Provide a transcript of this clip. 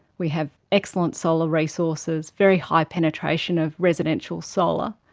we have excellent solar resources, very high penetration of residential solar,